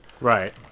Right